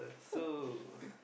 so